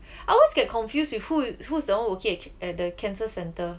I always get confused with who who's the one working at the cancer centre